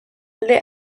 alde